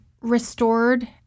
restored